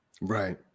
right